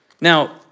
Now